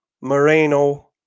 Moreno